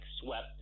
swept